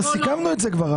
כבר סיכמנו את זה.